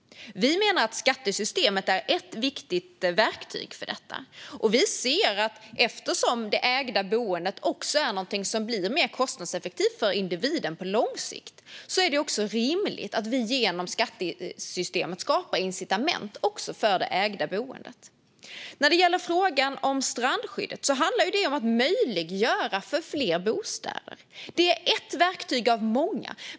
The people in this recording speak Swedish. Vi menar att skattesystemet är ett viktigt verktyg för detta, och vi ser att eftersom det ägda boendet är något som blir mer kostnadseffektivt för individen på lång sikt är det också rimligt att vi genom skattesystemet skapar incitament också för det ägda boendet. Strandskyddet handlar om att möjliggöra för fler bostäder. Det är ett verktyg bland många.